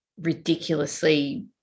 ridiculously